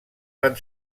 van